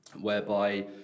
whereby